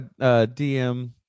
dm